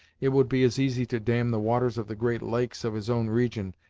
it would be as easy to dam the waters of the great lakes of his own region,